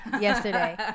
yesterday